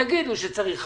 תגידו שצריך חקיקה,